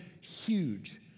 huge